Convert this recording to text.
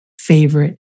favorite